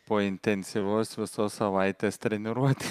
po intensyvaus visos savaitės treniruotės